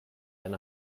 eine